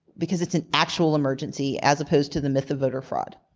because it's an actual emergency, as opposed to the myth of voter fraud.